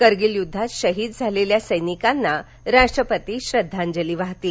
करगिल युद्धात शहीद झालेल्या सैनिकांना राष्ट्रपति श्रद्धांजली वाहतील